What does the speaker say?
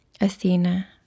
Athena